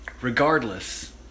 Regardless